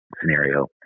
scenario